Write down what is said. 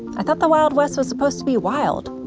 i thought the wild west was supposed to be wild.